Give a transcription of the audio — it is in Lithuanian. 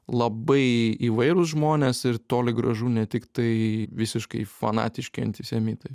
labai įvairūs žmonės ir toli gražu ne tik tai visiškai fanatiški antisemitai